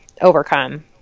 overcome